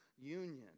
union